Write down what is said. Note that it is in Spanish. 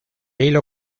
hilo